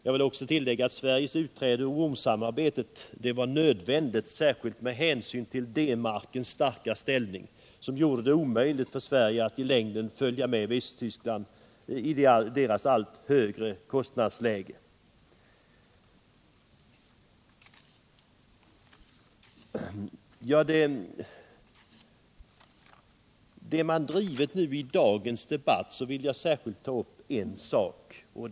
Jag vill också tillägga att Sveriges utträde ur orm-samarbetet var nödvändigt, särskilt med hänsyn till D-markens starka ställning, som gjorde det omöjligt för Sverige att i längden följa med Västtyskland med dess allt högre valutakurs. Av det som diskuterats i dagens debatt är det särskilt en sak som jag vill ta upp.